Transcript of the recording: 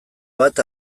bat